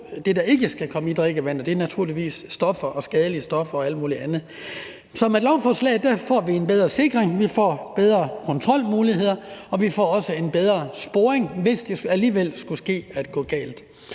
det, der ikke skal komme i drikkevandet, altså naturligvis skadelige stoffer og alt muligt andet. Så med lovforslaget får vi en bedre sikring, vi får bedre kontrolmuligheder, og vi får også en bedre sporing, hvis det alligevel skulle ske, at det går galt.